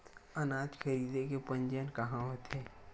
अनाज खरीदे के पंजीयन कहां होथे?